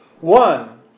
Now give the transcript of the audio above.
One